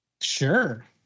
Sure